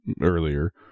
earlier